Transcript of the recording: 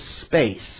space